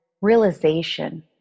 realization